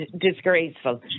disgraceful